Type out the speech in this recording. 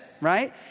Right